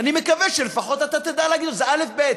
ואני מקווה שלפחות אתה תדע להגיד שזה אלף-בית.